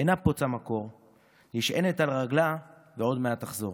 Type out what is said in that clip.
אינה פוצה מקור / נשענת על רגלה, ועוד מעט תחזור".